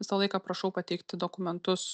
visą laiką prašau pateikti dokumentus